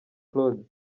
claude